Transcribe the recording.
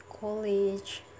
college